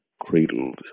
cradled